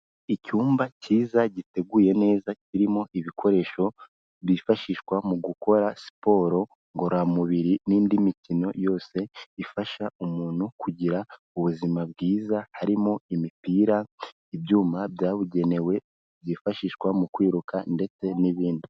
Icyumba cyiza giteguye neza kirimo ibikoresho byifashishwa mu gukora siporo ngororamubiri n'indi mikino yose ifasha umuntu kugira ubuzima bwiza, harimo imipira, ibyuma byabugenewe byifashishwa mu kwiruka ndetse n'ibindi.